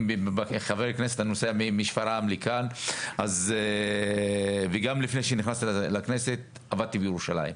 נוסע משפרעם לכאן וגם לפני שנכנסתי לכנסת עבדתי בירושלים.